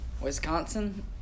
Wisconsin